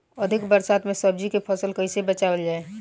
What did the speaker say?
अधिक बरसात में सब्जी के फसल कैसे बचावल जाय?